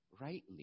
rightly